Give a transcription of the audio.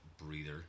Breather